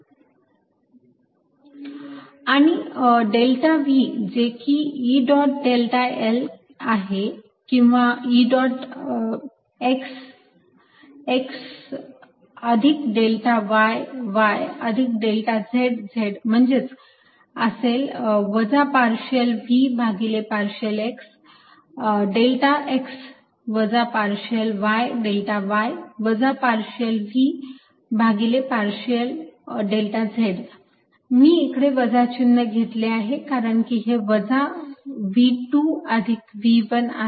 V2V1 VxxyyzzV1 ∂V∂xx ∂V∂yy ∂V∂zzExxEyyEzz Ex ∂V∂xEy ∂V∂yEz ∂V∂z आणि delta V जे की E dot delta l आहे किंवा E डॉट x x अधिक delta y y अधिक delta z z म्हणजेच असेल वजा पार्शियल V भागिले पार्शियल x डेल्टा x वजा पार्शियल y डेल्टा y वजा पार्शियल V भागिले पार्शियल डेल्टा z मी इकडे वजा चिन्ह घेतले पाहिजे कारण की हे वजा V2 अधिक V1 आहे